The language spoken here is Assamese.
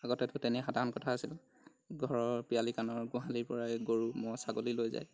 আগতেতো তেনেই সাধাৰণ কথা আছিল ঘৰৰ পিৰালী কানৰ গোঁহালিৰ পৰাই গৰু ম'হ ছাগলী লৈ যায়